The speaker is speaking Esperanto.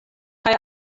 kaj